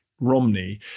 Romney